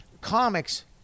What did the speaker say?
Comics